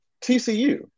TCU